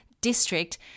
district